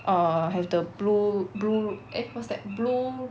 err have the blue blue eh what's that blue